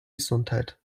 gesundheit